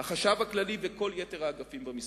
לחשב הכללי ולכל יתר האגפים במשרד.